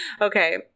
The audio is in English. Okay